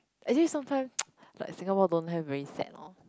actually sometime like Singapore don't have very sad orh